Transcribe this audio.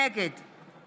נגד